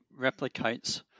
replicates